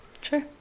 sure